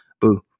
Boo